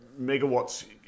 megawatts